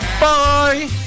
Bye